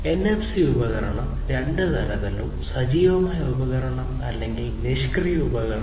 NFC ഉപകരണം രണ്ട് തരത്തിലാകാം സജീവമായ ഉപകരണം അല്ലെങ്കിൽ നിഷ്ക്രിയ ഉപകരണം